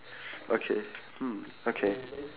okay hmm okay